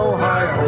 Ohio